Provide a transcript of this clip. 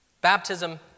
Baptism